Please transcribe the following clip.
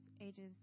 ages